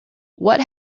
what